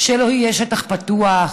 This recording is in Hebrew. שלא יהיה שטח פתוח?